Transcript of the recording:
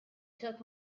took